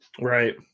right